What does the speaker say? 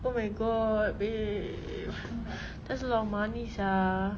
oh my god babe that's a lot of money sia